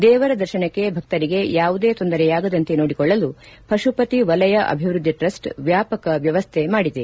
ದೇವರ ದರ್ಶನಕ್ಕೆ ಭಕ್ತರಿಗೆ ಯಾವುದೇ ತೊಂದರೆಯಾಗದಂತೆ ನೋಡಿಕೊಳ್ಳಲು ಪಶುಪತಿ ವಲಯ ಅಭಿವೃದ್ದಿ ಟ್ರಸ್ಟ್ ವ್ಯಾಪಕ ವ್ಯವಸ್ಠೆ ಮಾಡಿದೆ